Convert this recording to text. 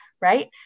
right